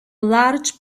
large